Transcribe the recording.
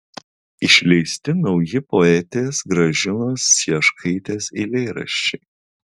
išleisti nauji poetės gražinos cieškaitės eilėraščiai